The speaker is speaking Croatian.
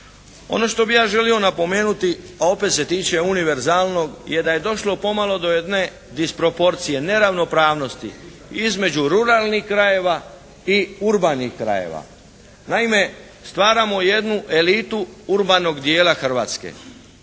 Ono što bih ja želio napomenuti, a opet se tiče univerzalnog je da je došlo pomalo do jedne disproporcije, neravnopravnosti između ruralnih krajeva i urbanih krajeva. Naime, stvaramo jednu elitu urbanog dijela Hrvatske.